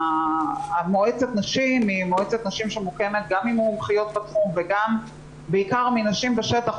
מועצת הנשים מורכבת גם ממומחיות בתחום ובעיקר מנשים בשטח,